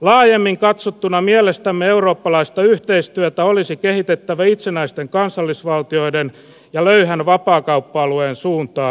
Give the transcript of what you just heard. laajemmin katsottuna mielestämme eurooppalaista yhteistyötä olisi kehitettävä itsenäisten kansallisvaltioiden ja löyhän vapaakauppa alueen suuntaan